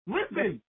Listen